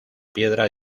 piedra